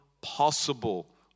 possible